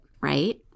right